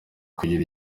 kugira